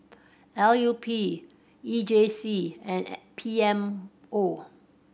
L U P E J C and P M O